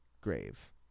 grave